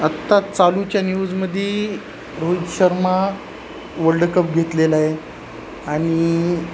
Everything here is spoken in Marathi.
आत्ता चालूच्या न्यूजमध्ये रोहित शर्मा वर्ल्ड कप घेतलेला आहे आणि